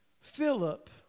Philip